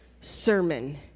sermon